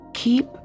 Keep